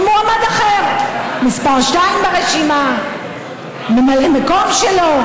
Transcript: על מועמד אחר, מספר 2 ברשימה, ממלא המקום שלו,